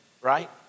Right